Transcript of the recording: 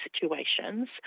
situations